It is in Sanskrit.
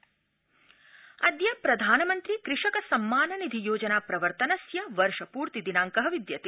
प्रधानमन्त्री अद्य प्रधानमन्त्री कृषक सम्मान निधि योजना प्रवर्तनस्य वर्षपूर्ति दिनांको विद्यते